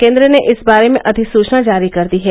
केन्द्र ने इस बारे में अधिसूचना जारी कर दी है